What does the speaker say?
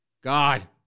God